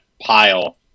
pile